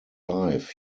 life